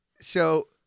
So-